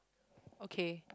okay